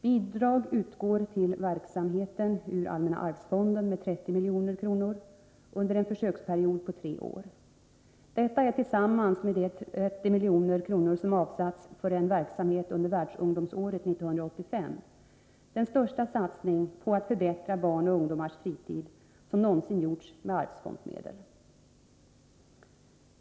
Bidrag utgår till verksamheten ur allmänna arvsfonden med 30 milj.kr. under en försöksperiod på tre år. Detta är tillsammans med de 30 milj.kr. som avsatts för en verksamhet under världsungdomsåret 1985 den största satsning på att förbättra barns och ungdomars fritid som någonsin gjorts med arvsfondsmedel.